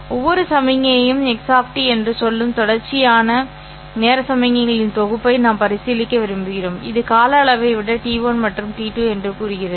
ஒவ்வொரு சமிக்ஞையும் x என்று சொல்லும் தொடர்ச்சியான நேர சமிக்ஞைகளின் தொகுப்பை நாம் பரிசீலிக்க விரும்புகிறோம் இது கால அளவை விட t1 மற்றும் t2 என்று கூறுகிறது